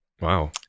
wow